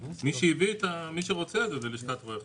מי שהביא את זה זה לשכת רואי החשבון.